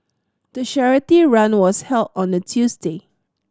the charity run was held on a Tuesday